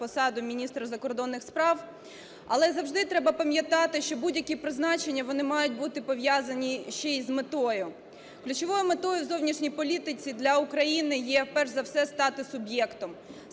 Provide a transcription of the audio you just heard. посаду міністра закордонних справ. Але завжди треба пам'ятати, що будь-які призначення, вони мають бути пов'язані ще і з метою. Ключовою метою в зовнішній політиці для України є перш за все стати суб'єктом,